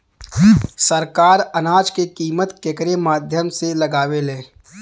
सरकार अनाज क कीमत केकरे माध्यम से लगावे ले?